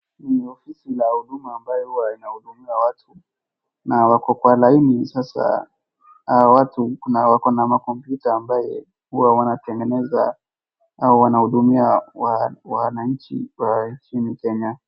Ni ofisi la huduma ambayo huwa inahudumia watu na wako kwa laini sasa. Hawa watu wako na makompyuta amabye huwa wanatengeneza au wanahudumia wananchi wa nchi ya Kenya.